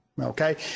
Okay